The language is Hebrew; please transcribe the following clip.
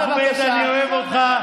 אחמד, אני אוהב אותך.